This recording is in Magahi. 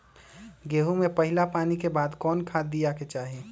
गेंहू में पहिला पानी के बाद कौन खाद दिया के चाही?